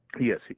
Yes